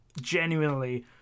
genuinely